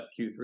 Q3